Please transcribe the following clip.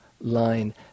line